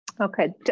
Okay